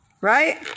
Right